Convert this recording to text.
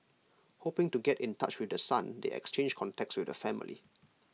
hoping to get in touch with the son they exchanged contacts with the family